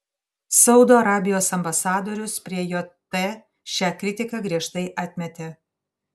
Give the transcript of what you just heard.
saudo arabijos ambasadorius prie jt šią kritiką griežtai atmetė